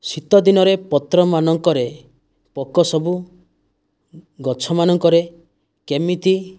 ଶୀତ ଦିନରେ ପତ୍ରମାନଙ୍କରେ ପୋକ ସବୁ ଗଛ ମାନଙ୍କରେ କେମିତି